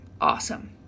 Awesome